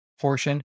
portion